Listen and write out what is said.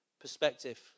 Perspective